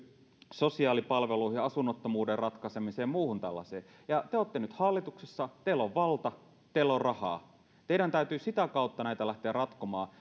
sosiaalipalveluihin asunnottomuuden ratkaisemiseen muuhun tällaiseen te olette nyt hallituksessa teillä on valta teillä on rahaa teidän täytyy sitä kautta näitä lähteä ratkomaan